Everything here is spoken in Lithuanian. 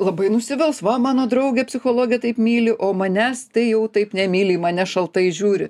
labai nusivils va mano draugę psichologė taip myli o manęs tai jau taip nemyli į mane šaltai žiūri